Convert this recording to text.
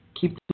keep